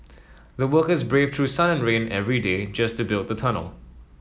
the workers braved through sun and rain every day just to build the tunnel